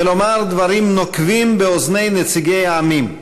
ולומר דברים נוקבים באוזני נציגי העמים,